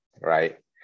right